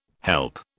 help